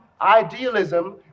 idealism